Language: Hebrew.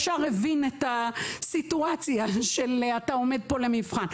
הוא ישר הבין את הסיטואציה שהוא עומד למבחן.